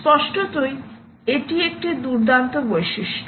স্পষ্টতই এটি একটি দুর্দান্ত বৈশিষ্ট্য